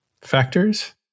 factors